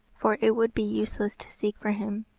for it would be useless to seek for him.